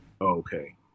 okay